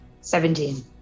Seventeen